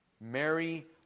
Mary